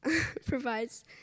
provides